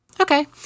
Okay